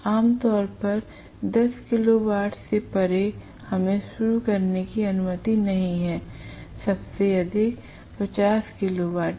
आम तौर पर 10 किलो वाट से परे हमें शुरू करने की अनुमति नहीं है सबसे अधिक 50 किलो वाट पर